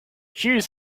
hughes